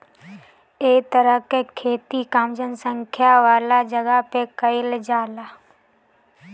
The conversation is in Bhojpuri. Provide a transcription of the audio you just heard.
ए तरह के खेती कम जनसंख्या वाला जगह पे कईल जाला